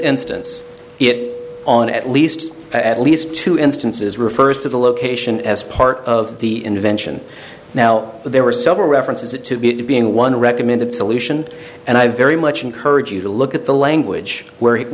instance it on at least at least two instances refers to the location as part of the invention now there were several references it to being one recommended solution and i very much encourage you to look at the language where he